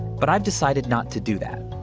but i've decided not to do that.